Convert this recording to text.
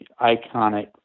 iconic